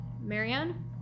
Marianne